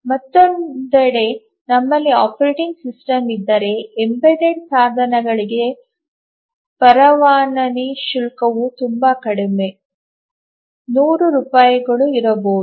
ಮತ್ತೊಂದೆಡೆ ನಮ್ಮಲ್ಲಿ operating system ಇದ್ದರೆ ಎಂಬೆಡೆಡ್ ಸಾಧನಗಳಿಗೆ ಪರವಾನಗಿ ಶುಲ್ಕವು ತುಂಬಾ ಕಡಿಮೆ 100 ರೂಪಾಯಿಗಳು ಇರಬಹುದು